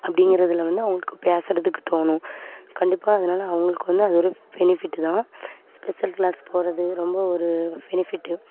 அப்படிங்கிறதுல வந்து அவங்களுக்கு பேசுறதுக்கு தோணும் கண்டிப்பாக அதனால அவங்களுக்கு வந்து அது ஒரு பெனிஃபிட்டு தான் ஸ்பெஷல் கிளாஸ் போவது ரொம்ப ஒரு ஃபெனிஃபிட்டு